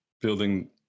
building